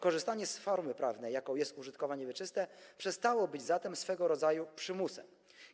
Korzystanie z formy prawnej, jaką jest użytkowanie wieczyste, przestało być zatem swego rodzaju przymusem.